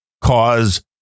cause